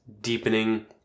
deepening